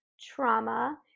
trauma